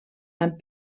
amb